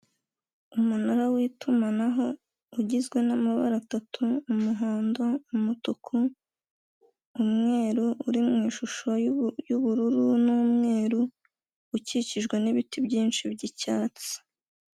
Umunara w'itumanaho ugizwe n'amabara atatu, umuhondo, umutuku umweru, uri mu ishusho y'ubururu n'umweru, ukikijwe n'ibiti byinshi by'icyatsi.